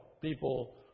people